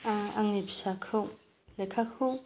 ओ आंनि फिसाखौ लेखाखौ